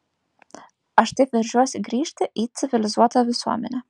aš taip veržiuosi grįžti į civilizuotą visuomenę